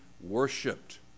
worshipped